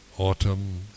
Autumn